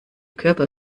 körper